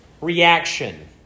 reaction